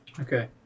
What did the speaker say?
Okay